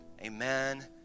amen